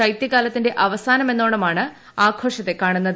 ശൈത്യകാലത്തിന്റെ അവസാനമെന്നോണമാണ് ആഘോഷത്തെ കാണുന്നത്